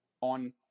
on